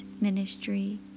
Ministry